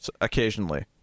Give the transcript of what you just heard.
occasionally